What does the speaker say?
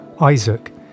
Isaac